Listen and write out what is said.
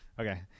Okay